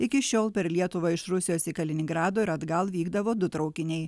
iki šiol per lietuvą iš rusijos į kaliningrado ir atgal vykdavo du traukiniai